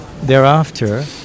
Thereafter